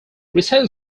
retail